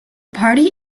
party